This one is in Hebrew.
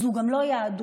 זו גם לא יהדות,